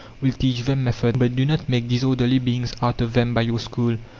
will teach them method. but do not make disorderly beings out of them by your school,